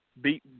beat